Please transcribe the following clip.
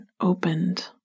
opened